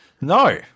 No